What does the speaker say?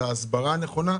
את ההסברה הנכונה.